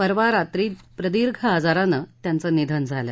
परवा रात्री प्रदीर्घ आजारानं त्यांचं निधन झालं